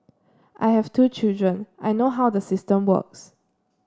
I have two children I know how the system works